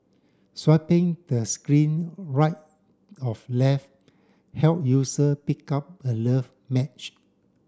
swiping the screen right of left help user pick up a love match